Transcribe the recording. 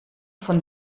von